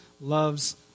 loves